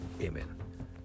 Amen